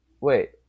wait